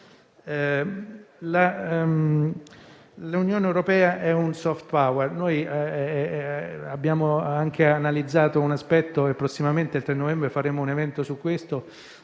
L'Unione Europea è un *soft power*. Abbiamo anche analizzato l'aspetto, e prossimamente, il 3 novembre, faremo un evento su di esso,